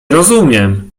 rozumiem